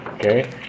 Okay